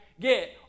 Get